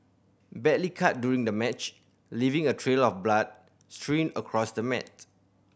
badly cut during the match leaving a trail of blood strewn across the mat